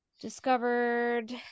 discovered